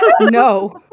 No